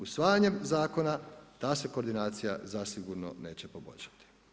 Osvajanjem zakona ta se koordinacija zasitno neće poboljšati.